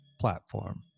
platform